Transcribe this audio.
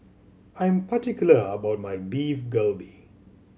I am particular about my Beef Galbi